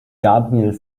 gabriel